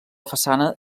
façana